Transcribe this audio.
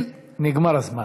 נגמר הזמן.